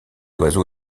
oiseau